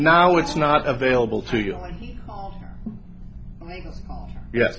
now it's not available to you ye